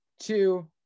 Two